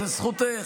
זו זכותך.